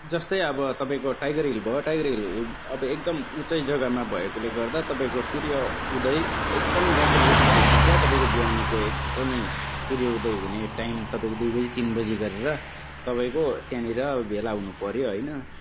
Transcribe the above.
जस्तै अब तपाईँको टाइगर हिल भयो टाइगर हिल अब एकदम उचाइ जगामा भएकोले गर्दा तपाईँको सूर्य उदय एकदम राम्रो रूपमा देखिन्छ तपाईँको बिहानीको एकदमै सूर्य उदय हुने टाइम तपाईँको दुई बजे तिन बजे गरेर तपाईँको त्यहाँनिर भेला हुनु पर्यो होइन